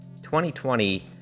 2020